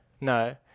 no